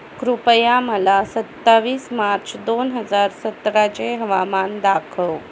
कृपया मला सत्तावीस मार्च दोन हजार सतराचे हवामान दाखव